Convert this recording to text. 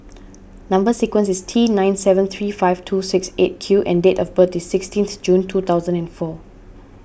Number Sequence is T nine seven three five two six eight Q and date of birth is sixteenth June two thousand and four